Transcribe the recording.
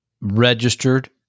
Registered